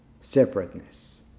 separateness